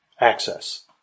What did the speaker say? access